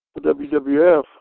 WWF